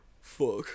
Fuck